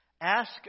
ask